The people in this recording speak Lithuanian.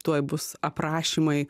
tuoj bus aprašymai